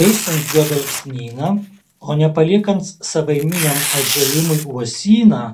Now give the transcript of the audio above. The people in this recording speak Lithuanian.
veisiant juodalksnyną o ne paliekant savaiminiam atžėlimui uosyną